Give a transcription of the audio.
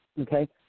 Okay